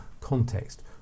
context